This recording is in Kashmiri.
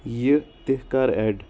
یہِ تہِ کَر ایڈ